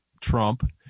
Trump